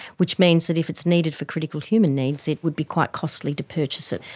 which means that if it's needed for critical human needs, it would be quite costly to purchase it.